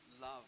love